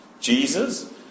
Jesus